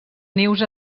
nius